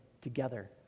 together